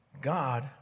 God